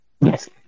Yes